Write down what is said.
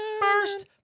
first